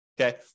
okay